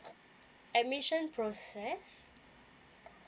admission process